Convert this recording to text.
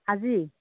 আজি